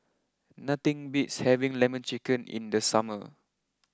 nothing beats having Lemon Chicken in the summer